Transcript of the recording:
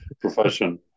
profession